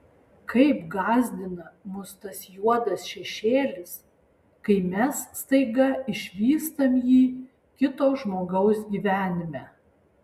kaip gąsdina mus tas juodas šešėlis kai mes staiga išvystam jį kito žmogaus gyvenime